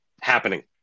happening